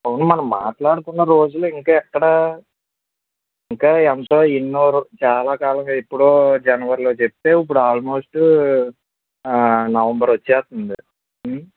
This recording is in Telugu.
అవును మనం మాట్లుడుకున్న రోజులు ఇంక ఎక్కడ ఇంకా ఈ అంశం ఎన్నో చాలా కాలంగా ఎప్పుడో జనవరిలో చెప్తే ఇప్పుడు ఆల్మోస్ట్ నవంబర్ వస్తుంది